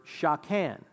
shakan